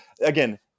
Again